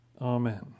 Amen